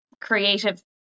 creative